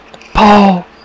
Paul